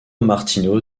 martino